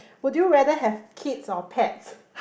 would you rather have kids or pets